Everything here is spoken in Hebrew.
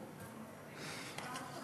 אני מסתפקת בתשובה,